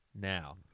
now